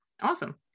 Awesome